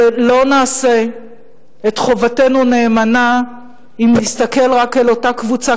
אבל לא נעשה את חובתנו נאמנה אם נסתכל רק אל אותה קבוצה